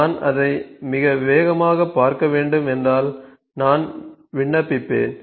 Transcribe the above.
நான் அதை மிக வேகமாக பார்க்க வேண்டும் என்றால் நான் விண்ணப்பிப்பேன்